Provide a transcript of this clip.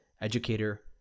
educator